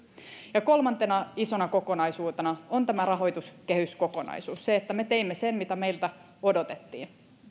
kolmantena isona kokonaisuutena on tämä rahoituskehyskokonaisuus se että me teimme sen mitä meiltä odotettiin